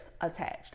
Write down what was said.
attached